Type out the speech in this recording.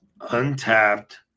untapped